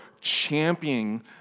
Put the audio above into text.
championing